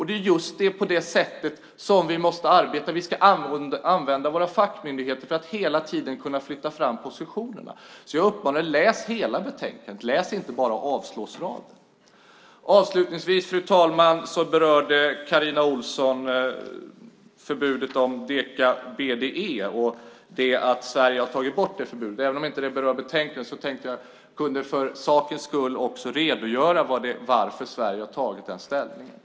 Det är på just det sättet vi måste arbeta. Vi ska använda våra fackmyndigheter för att hela tiden kunna flytta fram positionerna. Jag uppmanar till att läsa hela betänkandet och inte bara raden med avstyrkande. Avslutningsvis vill jag, fru talman, ta upp det som Carina Ohlsson berörde, att Sverige tagit bort förbudet mot deka-BDE. Även om det inte berör betänkandet tänkte jag för sakens skull ändå redogöra för varför Sverige gjort det ställningstagandet.